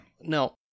no